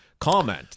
comment